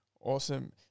Awesome